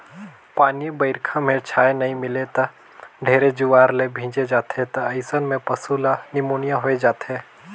पानी बइरखा में छाँय नइ मिले त ढेरे जुआर ले भीजे जाथें त अइसन में पसु ल निमोनिया होय जाथे